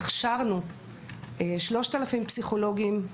הכשרנו 3,000 פסיכולוגים.